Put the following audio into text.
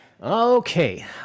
Okay